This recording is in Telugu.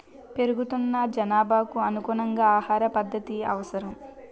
పెరుగుతున్న జనాభాకు అనుగుణంగా ఆహార ఉత్పత్తి అవసరం